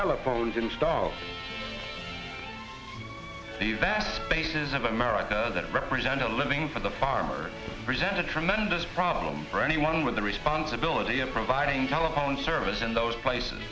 telephones installed see that spaces of america that represent a living for the farmers present a tremendous problem for anyone with the responsibility of providing telephone service in